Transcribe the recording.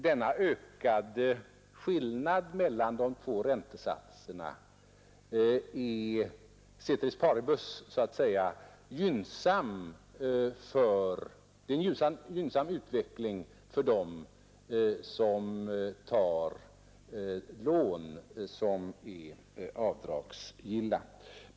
Denna ökade skillnad innebär, ceteris paribus, en gynnsam utveckling för dem som tar avdragsgilla lån.